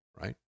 right